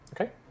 Okay